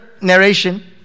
narration